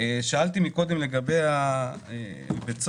שאלתי מקודם לגבי בית הסוהר,